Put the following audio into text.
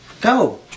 go